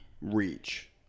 reach